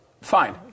Fine